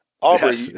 Aubrey